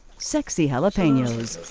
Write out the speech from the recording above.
sexy jalapenos.